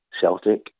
Celtic